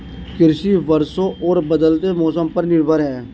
कृषि वर्षा और बदलते मौसम पर निर्भर है